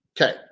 Okay